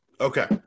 Okay